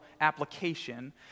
application